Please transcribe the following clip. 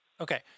okay